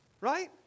Right